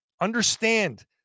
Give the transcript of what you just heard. Understand